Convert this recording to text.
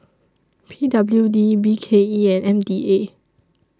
P W D B K E and M D A